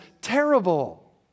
terrible